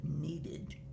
needed